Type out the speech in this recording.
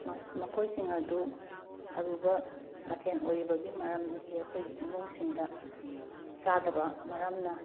ꯃꯈꯣꯏꯁꯤꯡ ꯑꯗꯨ ꯑꯔꯨꯕ ꯃꯊꯦꯟ ꯑꯣꯏꯔꯤꯕꯒꯤ ꯃꯔꯝꯗꯤ ꯑꯩꯈꯣꯏ ꯏꯃꯨꯡꯁꯤꯡꯗ ꯆꯥꯗꯕ ꯃꯔꯝꯅ